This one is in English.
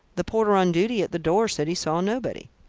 the porter on duty at the door said he saw nobody.